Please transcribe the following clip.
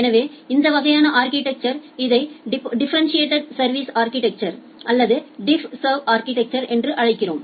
எனவே இந்த வகையான அா்கிடெக்சா் இதை டிஃபரெண்டிட்டேட் சா்விஸ் அா்கிடெக்சர் அல்லது டிஃப் சர்வ் அா்கிடெக்சா் என்று அழைக்கிறோம்